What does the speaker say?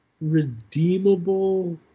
redeemable